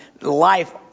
life